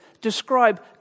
describe